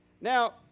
Now